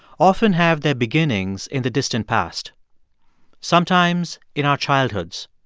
often have their beginnings in the distant past sometimes in our childhoods,